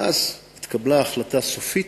ואז התקבלה החלטה סופית